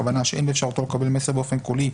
הכוונה שאין באפשרותו לקבל מסר באופן קולי,